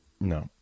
No